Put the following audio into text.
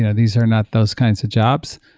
you know these are not those kinds of jobs,